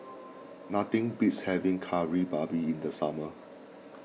nothing beats having Kari Babi in the summer